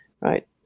right